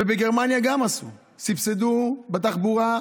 וגם בגרמניה עשו, סבסדו בתחבורה,